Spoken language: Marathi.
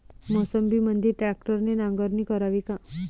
मोसंबीमंदी ट्रॅक्टरने नांगरणी करावी का?